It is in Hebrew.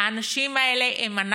האנשים האלה הם אנחנו: